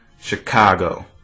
Chicago